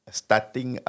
starting